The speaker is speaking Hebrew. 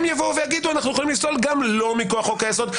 הם יבואו ויגידו: אנחנו יכולים לפסול גם לא מכוח חוק היסוד,